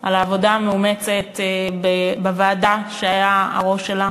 על העבודה המאומצת בוועדה שהיה הראש שלה,